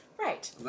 Right